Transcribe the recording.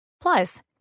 Plus